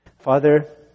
Father